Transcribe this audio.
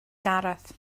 gareth